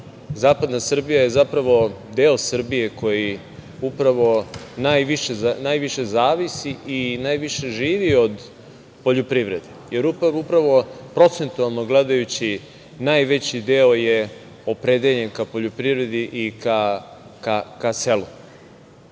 zapadna Srbija zapravo deo Srbije koji najviše zavisi i najviše živi od poljoprivrede, jer procentualno gledajući najveći deo je opredeljen ka poljoprivredi i ka selu. Ne